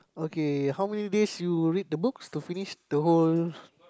okay how many days you read the books to finish the whole